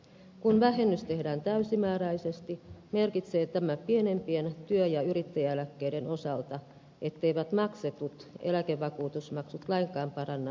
kun vähennys tehdään täysimääräisesti merkitsee tämä pienempien työ ja yrittäjäeläkkeiden osalta etteivät maksetut eläkevakuutusmaksut lainkaan paranna maksettavaa eläkettä